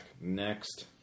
next